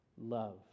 Love